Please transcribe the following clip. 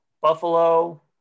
Buffalo